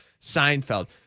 Seinfeld